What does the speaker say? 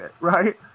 right